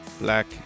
black